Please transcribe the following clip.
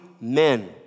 men